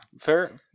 fair